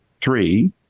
three